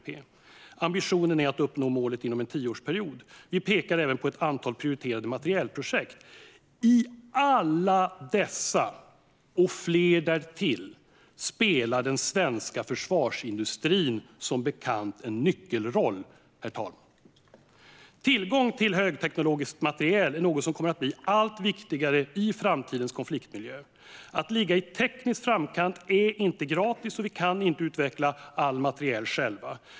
Ambitionen är att uppnå målet inom en tioårsperiod. Vi pekar även på ett antal prioriterade materielprojekt. I alla dessa och fler därtill spelar den svenska försvarsindustrin som bekant en nyckelroll. Tillgång till högteknologisk materiel är något som kommer att bli allt viktigare i framtidens konfliktmiljö. Att ligga i teknisk framkant är inte gratis, och vi kan inte utveckla all materiel själva.